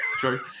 True